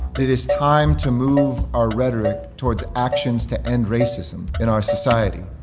it is time to move our rhetoric towards actions to end racism in our society,